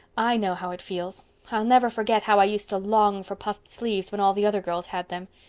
i know how it feels. i'll never forget how i used to long for puffed sleeves when all the other girls had them.